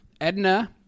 Edna